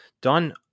done